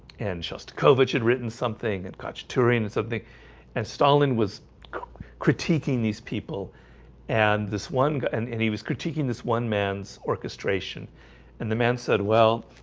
and shostakovich had written something and koch taurine and something and stalin was critiquing these people and this one and and he was critiquing this one man's orchestration and the man said well,